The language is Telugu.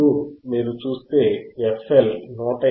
ఇప్పుడు మీరు చూస్తే fL 159